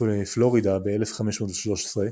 פלורידה ב-1513,